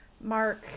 Mark